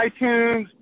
iTunes